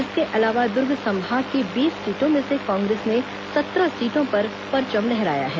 इसके अलावा दुर्ग संभाग की बीस सीटों में से कांग्रेस ने सत्रह सीटों पर परचम लहराया है